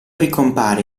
ricompare